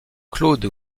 claude